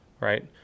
right